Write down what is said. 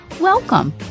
Welcome